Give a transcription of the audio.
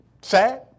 sad